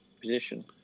position